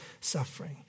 suffering